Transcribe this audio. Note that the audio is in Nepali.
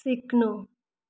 सिक्नु